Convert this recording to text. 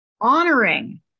honoring